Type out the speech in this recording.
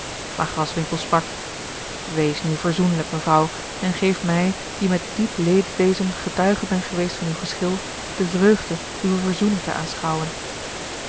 maar graswinckel sprak wees nu verzoenlijk mevrouw en geef mij die met diep leedwezen getuige ben geweest van uw geschil de vreugde uwe verzoening te aanschouwen